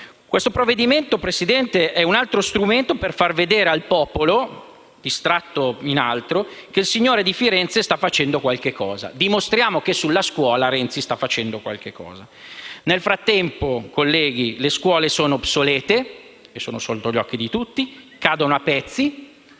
Questo provvedimento, signor Presidente, è un altro strumento per far vedere al popolo, distratto in altro, che il signore di Firenze sta facendo qualcosa: dimostriamo che sulla scuola Renzi sta facendo qualcosa. Nel frattempo, colleghi, le scuole sono obsolete ed è sotto gli occhi di tutti che cadono a pezzi: